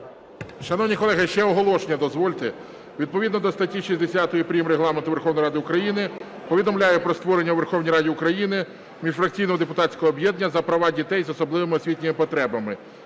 Шановні колеги, ще оголошення дозвольте. Відповідно до статті 60 прим. Регламенту Верховної Ради України повідомляю про створення у Верховній Раді України міжфракційного депутатського об'єднання "За права дітей з особливими освітніми потребами".